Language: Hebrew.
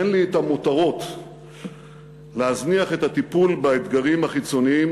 אין לי המותרות להזניח את הטיפול באתגרים החיצוניים